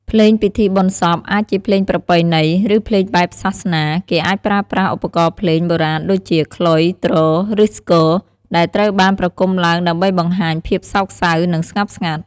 ភ្លេងពិធីបុណ្យសព អាចជាភ្លេងប្រពៃណី ឬភ្លេងបែបសាសនា គេអាចប្រើប្រាស់ឧបករណ៍ភ្លេងបុរាណដូចជា ខ្លុយ ទ្រ ឬស្គរ ដែលត្រូវបានប្រគុំឡើងដើម្បីបង្ហាញភាពសោកសៅ និងស្ងប់ស្ងាត់។